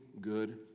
good